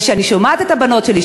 זה שאני שומעת את הבנות שלי,